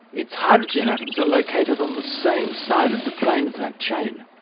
its hydrogen atoms are located on the same side of the plane of that chain.